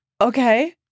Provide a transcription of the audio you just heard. okay